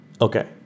Okay